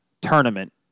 tournament